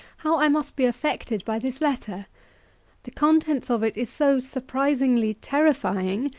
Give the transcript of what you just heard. how i must be affected by this letter the contents of it is so surprisingly terrifying,